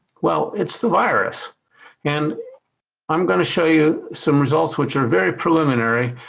well, it's the virus and i'm gonna show you some results which are very preliminary